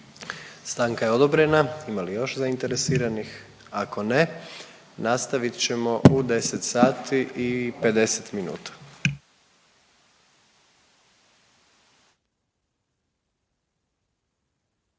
Stanka je odobrena. Ima li još zainteresiranih? Ako ne nastavit ćemo u 10 sati i 50 minuta.